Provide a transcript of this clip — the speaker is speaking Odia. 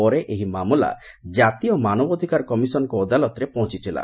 ପରେ ଏହି ମାମଲା ଜାତୀୟ ମାନବାଧିକାର କମିଶନଙ୍କ ଅଦାଲତରେ ପହଞ୍ଥଥଲା